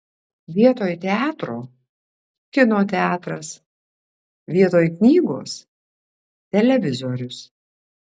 vietoj teatro kino teatras vietoj knygos televizorius